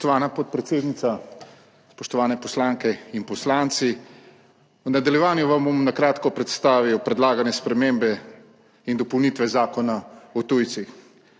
Spoštovana podpredsednica. Spoštovani poslanke in poslanci! V nadaljevanju vam bom na kratko predstavil predlagane spremembe in dopolnitve Zakona o tujcih.